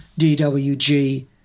DWG